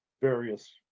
various